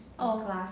orh